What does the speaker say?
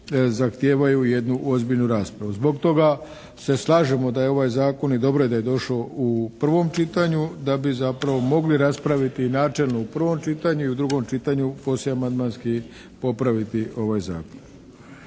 zahtijevaju jednu ozbiljnu raspravu. Zbog toga se slažemo da je ovaj zakon i dobro je da je došao u prvom čitanju da bi zapravo mogli raspraviti načelno u prvom čitanju i u drugom čitanju i poslije amandmanski popraviti ovaj zakon.